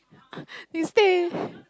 you stay